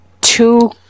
two